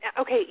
okay